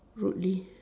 rudely